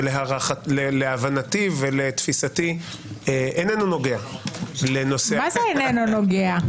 שלהבנתי ולתפיסתי איננו נוגע לנושא --- מה זה "איננו נוגע"?